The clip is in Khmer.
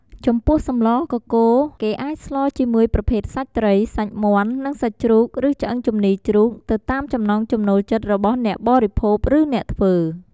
ចំពោះសម្លកកូរ គេអាចស្លរជាមួយប្រភេទសាច់ត្រី សាច់មាន់ និងសាច់ជ្រូកឬឆ្អឹងជំនីរជ្រូកទៅតាមចំណង់ចំណូលចិត្តរបស់អ្នកបរិភោគ ឬអ្នកធ្វើ។